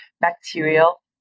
bacterial